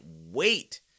wait